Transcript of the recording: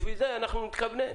לפי זה אנחנו נתכוונן.